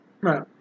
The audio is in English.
right